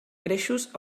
greixos